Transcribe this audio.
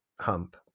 hump